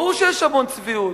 ברור שיש המון צביעות.